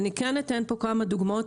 אני כן אתן פה כמה דוגמאות,